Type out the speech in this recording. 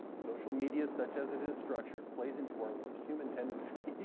social media, such as it is structured, plays into our worst human tendencies